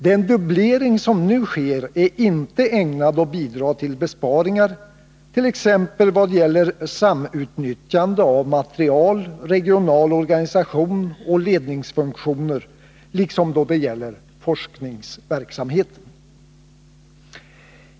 Den dubblering som nu sker är inte ägnad att bidra till besparingar, t.ex. vad gäller samutnyttjande av material, regional organisation och ledningsfunktioner liksom då det gäller forskningsverksamheten.